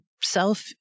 self